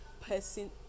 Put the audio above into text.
person